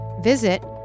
Visit